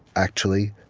actually,